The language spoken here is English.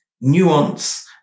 nuance